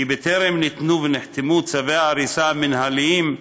בטרם ניתנו ונחתמו צווי ההריסה המנהליים,